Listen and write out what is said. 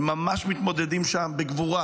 הם ממש מתמודדים שם בגבורה